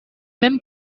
même